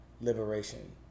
liberation